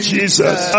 Jesus